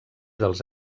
dels